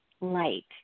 light